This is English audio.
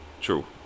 True